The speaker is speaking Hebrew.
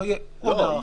לא תהיה עוד הארכה.